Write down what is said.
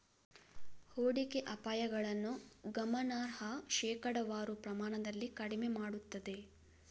ಹೂಡಿಕೆ ಅಪಾಯಗಳನ್ನು ಗಮನಾರ್ಹ ಶೇಕಡಾವಾರು ಪ್ರಮಾಣದಲ್ಲಿ ಕಡಿಮೆ ಮಾಡುತ್ತದೆ